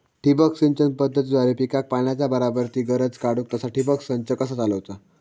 ठिबक सिंचन पद्धतीद्वारे पिकाक पाण्याचा बराबर ती गरज काडूक तसा ठिबक संच कसा चालवुचा?